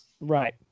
Right